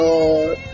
Lord